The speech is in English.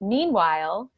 Meanwhile